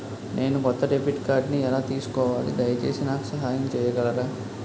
నేను కొత్త డెబిట్ కార్డ్ని ఎలా తీసుకోవాలి, దయచేసి నాకు సహాయం చేయగలరా?